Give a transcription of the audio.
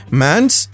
man's